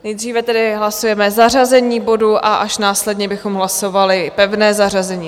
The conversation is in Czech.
Nejdříve tedy hlasujeme zařazení bodu a až následně bychom hlasovali pevné zařazení.